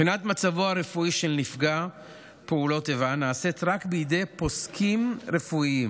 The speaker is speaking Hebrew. בחינת מצבו הרפואי של נפגע פעולות איבה נעשית רק בידי פוסקים רפואיים